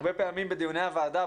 הרבה פעמים בדיוני הוועדה,